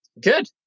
Good